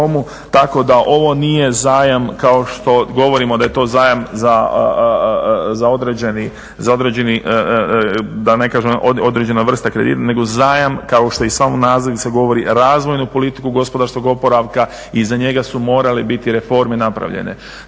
Tako da ovo nije zajam kao što govorimo da je to zajam za određeni, da ne kažem određena vrsta kredita nego zajam kao što i sam naziv govori razvojnu politiku gospodarskog oporavka. I za njega su morale biti reforme napravljene.